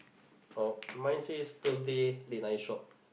oh mine says Thursday late night shop